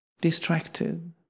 distracted